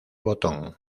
botón